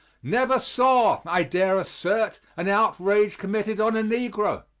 never saw, i dare assert, an outrage committed on a negro!